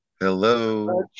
Hello